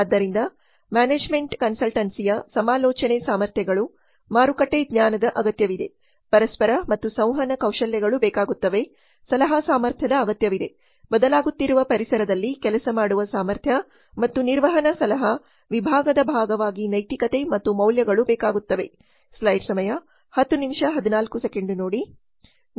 ಆದ್ದರಿಂದ ಮ್ಯಾನೇಜ್ಮೆಂಟ್ ಕನ್ಸಲ್ಟೆನ್ಸಿಯಸಮಾಲೋಚನೆ ಸಾಮರ್ಥ್ಯಗಳು ಮಾರುಕಟ್ಟೆ ಜ್ಞಾನದ ಅಗತ್ಯವಿದೆ ಪರಸ್ಪರ ಮತ್ತು ಸಂವಹನ ಕೌಶಲ್ಯಗಳು ಬೇಕಾಗುತ್ತವೆ ಸಲಹಾ ಸಾಮರ್ಥ್ಯದ ಅಗತ್ಯವಿದೆ ಬದಲಾಗುತ್ತಿರುವ ಪರಿಸರದಲ್ಲಿ ಕೆಲಸ ಮಾಡುವ ಸಾಮರ್ಥ್ಯ ಮತ್ತು ನಿರ್ವಹಣಾ ಸಲಹಾ ವಿಭಾಗದ ಭಾಗವಾಗಿ ನೈತಿಕತೆ ಮತ್ತು ಮೌಲ್ಯಗಳು ಬೇಕಾಗುತ್ತವೆ